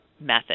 method